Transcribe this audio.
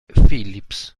phillips